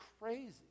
crazy